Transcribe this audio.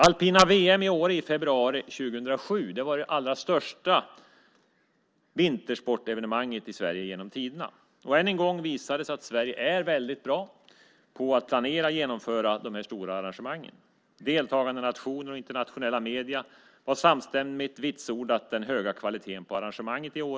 Alpina VM i Åre i februari 2007 var det allra största vintersportevenemanget i Sverige genom tiderna. Än en gång visade det sig att Sverige är mycket bra på att planera och genomföra sådana här stora arrangemang. Deltagande nationer och internationella medier har samstämmigt vitsordat den höga kvaliteten på arrangemanget i Åre.